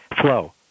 flow